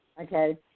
okay